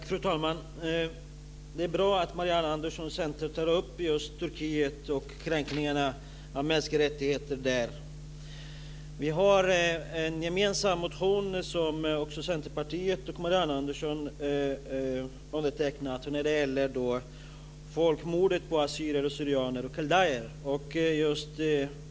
Fru talman! Det är bra att Marianne Andersson, Centern, tar upp just Turkiet och kränkningarna av mänskliga rättigheter där. Vi har en gemensam motion som också Centerpartiet genom Marianne Andersson har undertecknat. Den gäller folkmordet på assyrier/syrianer och kaldéer.